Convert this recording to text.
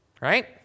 Right